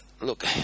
look